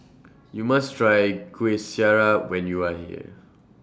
YOU must Try Kuih Syara when YOU Are here